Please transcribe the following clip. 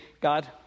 God